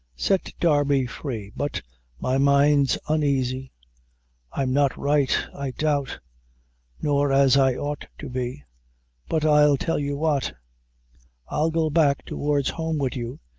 set darby free but my mind's uneasy i'm not right, i doubt nor as i ought to be but i'll tell you what i'll go back towards home wid you,